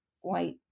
white